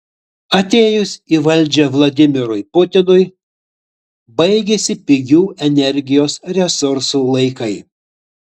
atėjus į valdžią vladimirui putinui baigėsi pigių energijos resursų laikai